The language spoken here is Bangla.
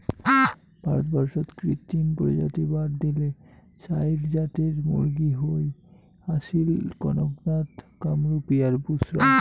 ভারতবর্ষত কৃত্রিম প্রজাতি বাদ দিলে চাইর জাতের মুরগী হই আসীল, কড়ক নাথ, কামরূপী, বুসরা